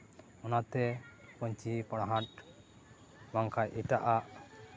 ᱚᱱᱟᱛᱮ ᱯᱟᱹᱧᱪᱤ ᱯᱟᱲᱦᱟᱴ ᱵᱟᱝᱠᱷᱟᱡ ᱮᱴᱟᱜᱼᱟᱜ